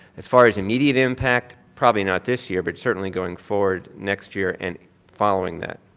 as far as immediate impact, probably not this year, but certainly going forward next year and following that,